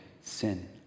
sin